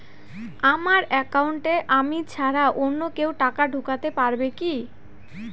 আমার একাউন্টে আমি ছাড়া অন্য কেউ টাকা ঢোকাতে পারবে কি?